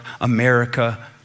America